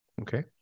Okay